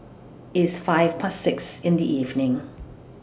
its five Past six in The evening